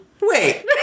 Wait